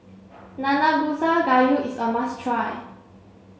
Nanakusa Gayu is a must try